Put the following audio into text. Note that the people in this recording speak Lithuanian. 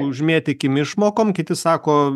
užmėtykim išmokom kiti sako